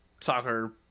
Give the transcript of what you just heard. soccer